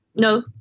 No